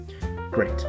Great